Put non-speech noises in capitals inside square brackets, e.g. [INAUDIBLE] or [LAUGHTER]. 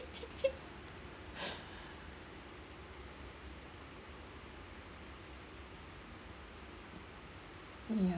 [LAUGHS] [BREATH] ya